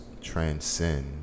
Transcend